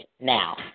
now